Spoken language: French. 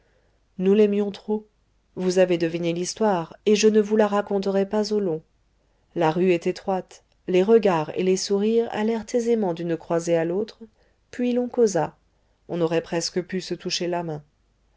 nous l'aimions trop vous avez deviné l'histoire et je ne vous la raconterai pas au long la rue est étroite les regards et les sourires allèrent aisément d'une croisée à l'autre puis l'on causa on aurait presque pu se toucher la main